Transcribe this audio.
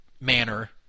manner